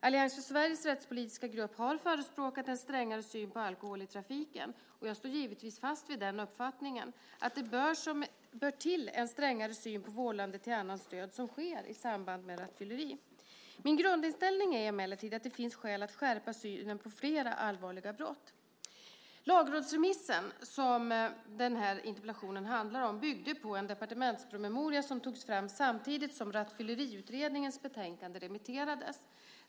Allians för Sveriges rättspolitiska grupp har förespråkat en strängare syn på alkohol i trafiken. Jag står givetvis fast vid denna uppfattning, det bör till en strängare syn på vållande till annans död som sker i samband med rattfylleri. Min grundinställning är emellertid att det finns skäl att skärpa synen på flera allvarliga brott. Lagrådsremissen som den här interpellationen handlar om byggde på en departementspromemoria som togs fram samtidigt som Rattfylleriutredningens betänkande remitterades.